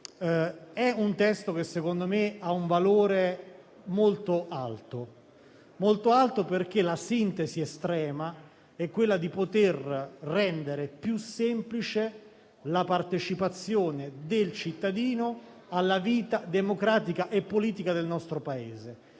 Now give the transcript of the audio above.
È un testo che, a mio avviso, ha un valore molto alto, perché la sintesi estrema è rendere più semplice la partecipazione del cittadino alla vita democratica e politica del nostro Paese.